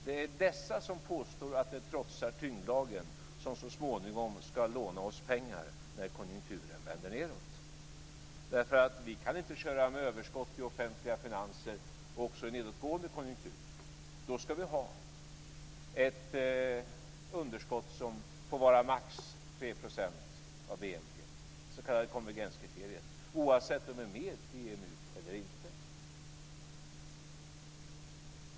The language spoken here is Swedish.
Det är dessa som påstår att det trotsar tyngdlagen som så småningom ska låna oss pengar när konjunkturen vänder nedåt. Vi kan inte köra med överskott i offentliga finanser också i nedåtgående konjunktur. Då ska vi ha ett underskott som får vara max 3 % av BNP, det s.k. konvergenskriteriet, oavsett om vi är med i EMU eller inte.